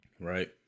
Right